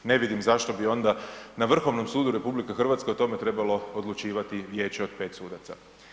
Ne vidim zašto bi onda na Vrhovnom sudu RH o tome trebalo odlučivati vijeće od 5 sudaca.